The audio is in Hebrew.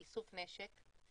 לאיסוף נשק.